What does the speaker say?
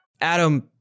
Adam